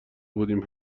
بودیم